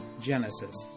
Genesis